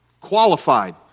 Qualified